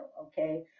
okay